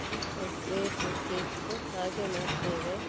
ಬೇಯಿಸಲಿಕ್ಕೆ ಇಟ್ಟು ಹಾಗೇ ಮಾಡ್ತೇವೆ